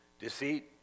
Deceit